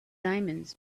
diamonds